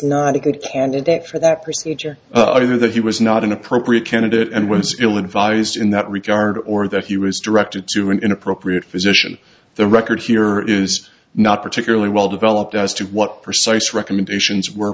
not a good candidate for that procedure either that he was not an appropriate candidate and once ill advised in that regard or that he was directed to an inappropriate physician the record here is not particularly well developed as to what precise recommendations were